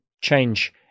change